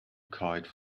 kite